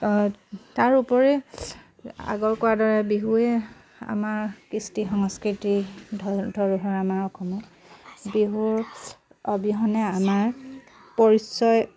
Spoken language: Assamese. তাৰ উপৰি আগৰ কোৱাৰ দৰে বিহুৱে আমাৰ কৃষ্টি সংস্কৃতি ধ ধৰোহাৰ আমাৰ অসমত বিহুৰ অবিহনে আমাৰ পৰিচয়